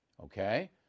Okay